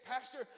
Pastor